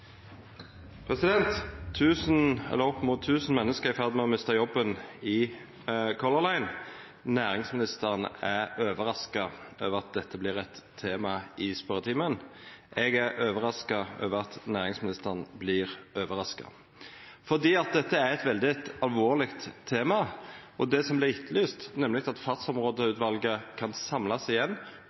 menneske er i ferd med å mista jobben i Color Line. Næringsministeren er overraska over at dette vert eit tema i spørjetimen. Eg er overraska over at næringsministeren vert overraska, for dette er eit veldig alvorleg tema, og det som vert etterlyst, nemleg at Fartsområdeutvalet kan samlast igjen,